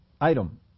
item